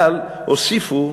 אבל הוסיפו,